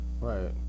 right